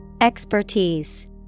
Expertise